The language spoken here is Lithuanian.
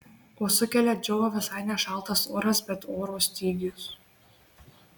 o sukelia džiovą visai ne šaltas oras bet oro stygius